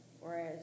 Whereas